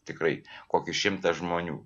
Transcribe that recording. tikrai kokį šimtą žmonių